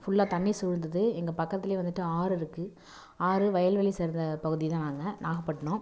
ஃபுல்லாக தண்ணி சூழ்ந்துது எங்கள் பக்கத்திலையே வந்துட்டு ஆறு இருக்குது ஆறு வயல்வெளி சார்ந்த பகுதிதான் நாங்கள் நாகப்பட்டினம்